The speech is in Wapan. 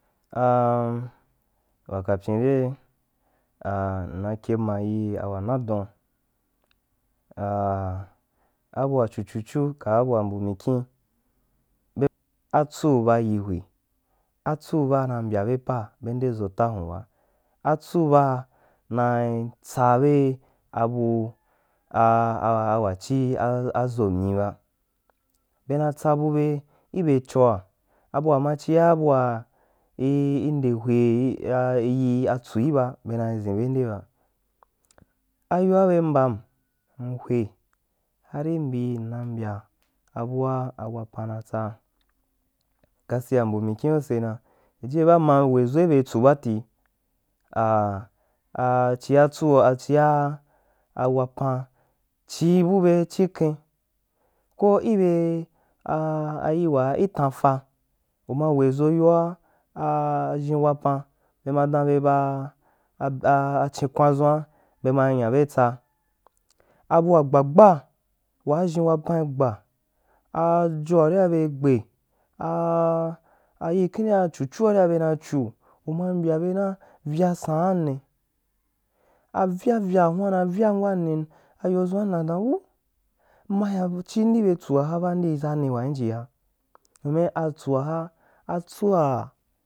wakapyin re mna kyema yi wamadon a abua chu chu chu ka’a bua mbu mikyin, be atsu ba yi hwe atsu ba na mbyabe pa be nde ʒo ta hun ba atsu baa na tsa be abu wa chī ʒo nyo ba, be na tsa bu be ibe choa abua ma chia bua nde hwe i yi tsui ba beu ʒin bende ba, ayoa be mbam mhwe hari mbi na mbya abua a wapan na tsa ciashiya m mbu mikyim sosa na jijiye ba m we ʒi ibe tsu baadati, a chia tsu ba e wapan chii bube chiken, ko ibe a yiwaa i tan fa u ma weʒo yoa a ʒhī wapan be madan be ba a chī kwan dʒun’a bema nya be tsa abua gba gba, waa ʒhin wapacin gba ajoa ria belgbe a yii kindea achu-chua be rai chu uma mbya be na vya saani a vya vyaa huan ra vham wannī ayodʒuan m na dan wu mma hya chim i be tsuu ha ba mdii tsonni wa chi ha dum atsua ha atsua.